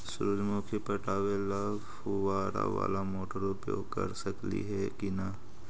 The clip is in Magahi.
सुरजमुखी पटावे ल फुबारा बाला मोटर उपयोग कर सकली हे की न?